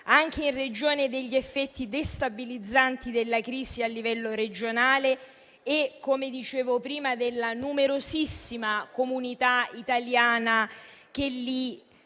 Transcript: anche in ragione degli effetti destabilizzanti della crisi a livello regionale e, come dicevo prima, della numerosissima comunità italiana che lì